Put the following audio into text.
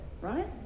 Right